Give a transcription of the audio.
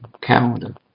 calendar